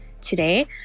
today